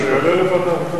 שיעלה בוועדה.